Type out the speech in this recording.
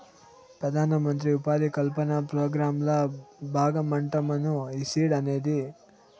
పెదానమంత్రి ఉపాధి కల్పన పోగ్రాంల బాగమంటమ్మను ఈ సీడ్ మనీ అనేది